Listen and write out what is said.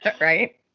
Right